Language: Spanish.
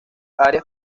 áreas